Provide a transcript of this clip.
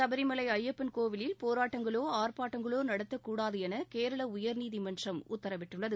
சபரிமலை ஐயப்பன் கோவிலில் போராட்டங்களோ ஆர்ப்பாட்டங்களோ நடத்தக்கூடாது என கேரள உயர்நீதிமன்றம் உத்தரவிட்டுள்ளது